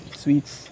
sweets